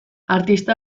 artista